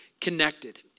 Connected